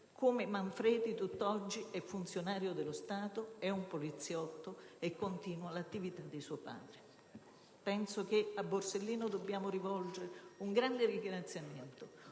come Manfredi, tutt'oggi funzionario dello Stato, poliziotto, che continua l'attività di suo padre. Penso che a Borsellino dobbiamo rivolgere un grande ringraziamento,